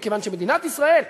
כיוון שמדינת ישראל,